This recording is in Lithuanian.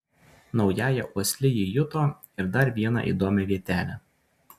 naująja uosle ji juto ir dar vieną įdomią vietelę